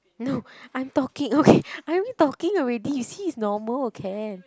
no I'm talking okay I'm already talking already you see is normal can